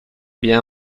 bien